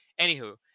Anywho